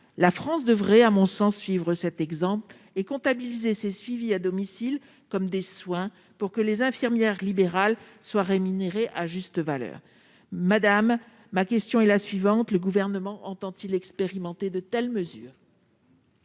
La France devrait à mon sens suivre cet exemple et comptabiliser ces suivis à domicile comme des soins pour que les infirmières libérales soient rémunérées à leur juste valeur. Madame la ministre, le Gouvernement entend-il expérimenter de telles mesures ?